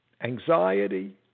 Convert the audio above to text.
anxiety